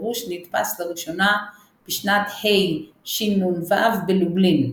הפירוש נדפס לראשונה בשנת השנ"ו בלובלין.